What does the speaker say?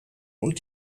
und